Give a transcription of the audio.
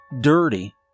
dirty